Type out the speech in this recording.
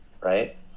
Right